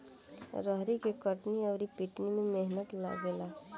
रहरी के कटनी अउर पिटानी में मेहनत लागेला